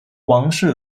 王室